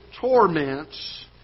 torments